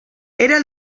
era